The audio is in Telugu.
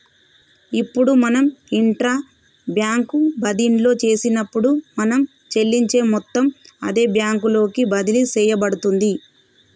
ఇప్పుడు మనం ఇంట్రా బ్యాంక్ బదిన్లో చేసినప్పుడు మనం చెల్లించే మొత్తం అదే బ్యాంకు లోకి బదిలి సేయబడుతుంది